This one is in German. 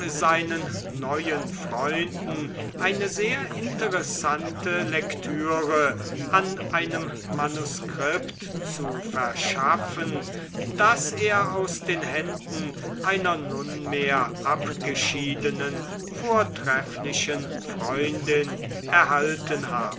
seinen neuen freunden eine sehr interessante lektüre an einem manuskript zu verschaffen das er aus den händen einer nunmehr abgeschiedenen vortrefflichen freundin erhalten habe